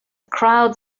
crowd